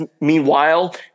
meanwhile